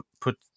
put